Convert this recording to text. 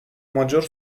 maggior